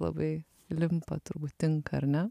labai limpa turbūt tinka ar ne